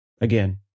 again